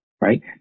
Right